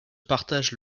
partagent